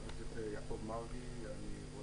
חבר